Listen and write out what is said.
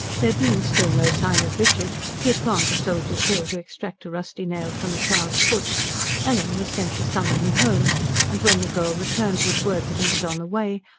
there being still no sign of richard he had gone to soldiers' hill to extract a rusty nail from a child's foot ellen was sent to summon him home and when the girl returned with word that he was on the way,